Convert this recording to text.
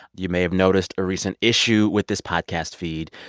you may have noticed a recent issue with this podcast feed.